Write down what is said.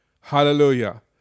Hallelujah